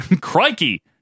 Crikey